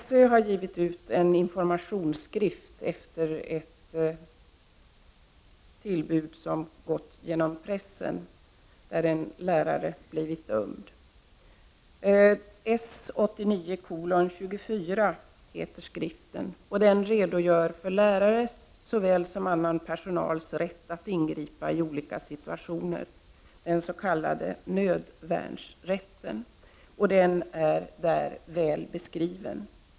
SÖ har efter ett tillbud som gått igenom pressen och i samband med vilket en lärare blivit fälld givit ut en informationsskrift, S 89:24. Där redogör man för lärares såväl som annan personals rätt att ingripa i olika situationer. Den s.k. nödvärnsrätten beskrivs på ett bra sätt i skriften.